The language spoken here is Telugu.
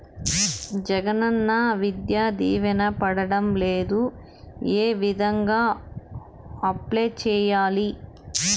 జగనన్న విద్యా దీవెన పడడం లేదు ఏ విధంగా అప్లై సేయాలి